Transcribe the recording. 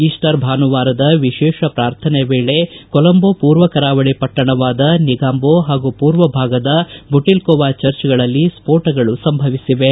Easter ಭಾನುವಾರದ ವಿಶೇಷ ಪ್ರಾರ್ಥನೆ ವೇಳೆ ಕೋಲಂಬೊ ಪೂರ್ವ ಕರಾವಳಿ ಪಟ್ಟಣವಾದ ನಿಗಾಂಬೋ ಹಾಗೂ ಪೂರ್ವ ಭಾಗದ ಬುಟಲ್ಕೋವಾ ಚರ್ಚ್ಗಳಲ್ಲಿ ಸ್ಫೋಟಗಳು ಸಂಭವಿಸಿವೆ